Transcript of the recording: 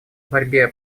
борьбе